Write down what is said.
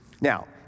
Now